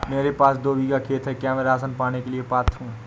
मेरे पास दो बीघा खेत है क्या मैं राशन पाने के लिए पात्र हूँ?